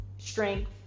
Strength